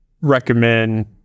recommend